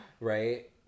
Right